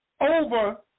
over